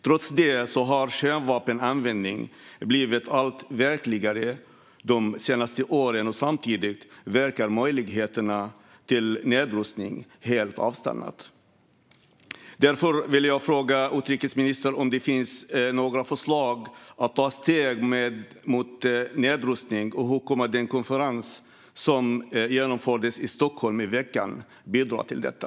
Trots det har kärnvapenanvändningen blivit verkligare de senaste åren, och samtidigt verkar möjligheterna till nedrustning helt ha avstannat. Därför vill jag fråga utrikesministern om det finns några förslag för att ta steg på vägen mot nedrustning. Hur kommer den konferens som genomfördes i Stockholm i veckan att bidra till detta?